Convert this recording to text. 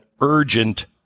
urgent